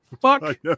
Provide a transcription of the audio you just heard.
Fuck